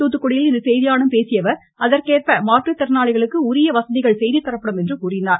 தூத்துக்குடியில் இன்று செய்தியாளர்களிடம் பேசிய அவர் அதற்கேற்ப மாற்றுத்திறனாளிகளுக்கு உரிய வசதிகள் செய்து தரப்படும் என்றார்